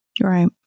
Right